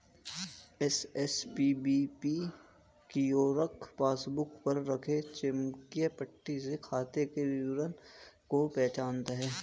SSPBP kiosk passbook पर रखे चुंबकीय पट्टी से खाते के विवरण को पहचानता है